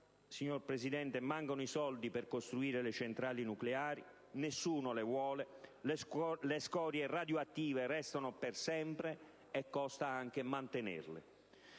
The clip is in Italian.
signor Presidente, mancano i soldi per costruire le centrali nucleari, nessuno le vuole, le scorie radioattive restano per sempre e costa anche mantenerle.